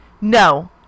No